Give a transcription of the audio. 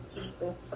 people